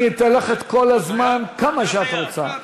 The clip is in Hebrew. אני אתן לך את כל הזמן, כמה שאת רוצה.